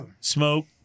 smoke